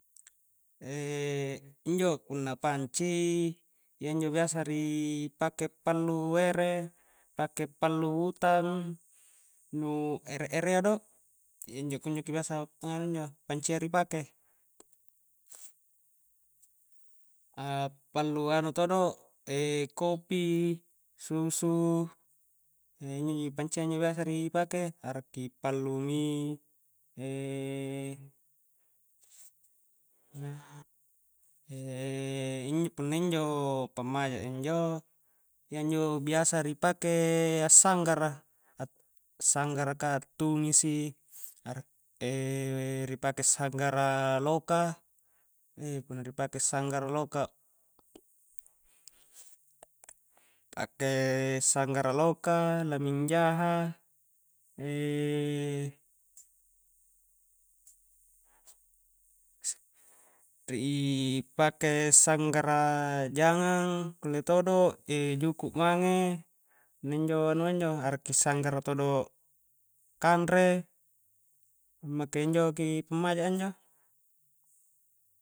injo punna panci iyanjo biasa ri pake pallu ere, pake pallu utang, nu ere-erea do, iyanjo kunjoki biasa nganu injo pancia ri pake a'pallu anu todo, kopi, susu, injo ji pancia biasa ri pake, arakki pallu mie in-punna injo pammaja'a injo iyanjo biasa ri pake a'sanggara a'sanggaraka, a'tumisi ri pake a'sanggara loka punna ri pake a'sanggara loka pake sanggara loka, lamengjaha ri pake sanggara jangang kulle todo, juku' mange punna injo anua injo, a'rakki sanggara todo kanre a'make injoki pammaja a injo.